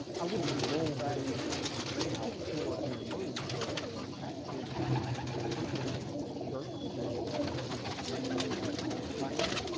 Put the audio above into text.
i wouldn't roll that into mr. greenhouse store here in williamsburg and ask him if i might purchase some shirts and some new china.